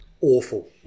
awful